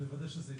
לוודא שזה יקרה.